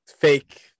fake